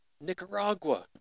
Nicaragua